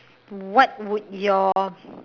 what would your